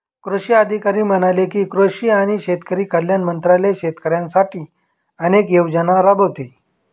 कृषी अधिकारी म्हणाले की, कृषी आणि शेतकरी कल्याण मंत्रालय शेतकऱ्यांसाठी अनेक योजना राबवते